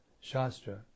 Shastra